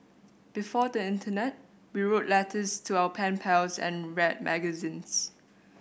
before the internet we wrote letters to our pen pals and read magazines